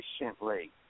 efficiently